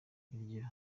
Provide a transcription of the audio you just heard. iryo